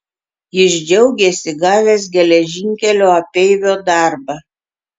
jis džiaugėsi gavęs geležinkelio apeivio darbą